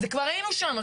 אז כבר היינו שם.